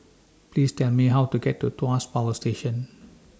Please Tell Me How to get to Tuas Power Station